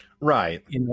right